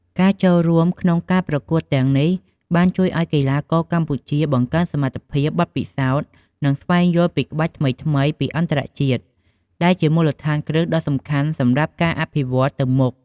ការចូលរួមក្នុងការប្រកួតទាំងនេះបានជួយឲ្យកីឡាករកម្ពុជាបង្កើនសមត្ថភាព បទពិសោធន៍ និងស្វែងយល់ពីក្បាច់ថ្មីៗពីអន្តរជាតិ ដែលជាមូលដ្ឋានគ្រឹះដ៏សំខាន់សម្រាប់ការអភិវឌ្ឍទៅមុខ។